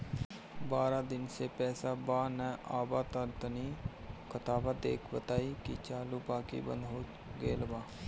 बारा दिन से पैसा बा न आबा ता तनी ख्ताबा देख के बताई की चालु बा की बंद हों गेल बा?